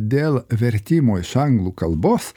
dėl vertimo iš anglų kalbos